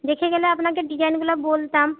দেখে গেলে আপনাকে ডিজাইনগুলো বলতাম